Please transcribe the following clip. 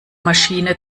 maschine